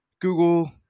Google